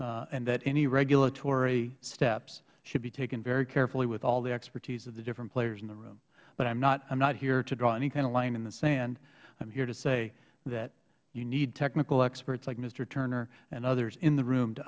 and that any regulatory steps should be taken very carefully with all the expertise of the different players in the room i am not here to draw any kind of line in the sand i am here to say that you need technical experts like mister turner and others in the room to